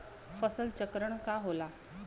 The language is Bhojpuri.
फसल चक्रण का होला?